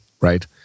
right